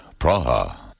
Praha